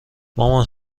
مامان